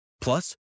Plus